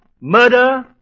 Murder